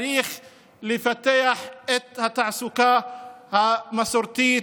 צריך לפתח את התעסוקה המסורתית.